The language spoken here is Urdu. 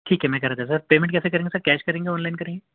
ٹھیک ہے میں کہہ رہا تھا سر پیمنٹ کیسے کریں گے کیش کریں گے آن لائن کریں گے